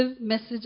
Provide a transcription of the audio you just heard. message